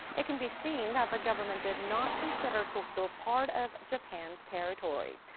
it can be seen that the government did not consider dokdo part of japan's territory.